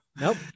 Nope